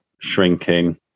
shrinking